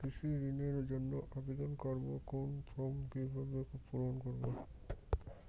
কৃষি ঋণের জন্য আবেদন করব কোন ফর্ম কিভাবে পূরণ করব?